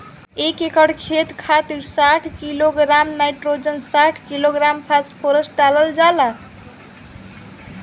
एक एकड़ खेत खातिर साठ किलोग्राम नाइट्रोजन साठ किलोग्राम फास्फोरस डालल जाला?